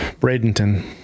Bradenton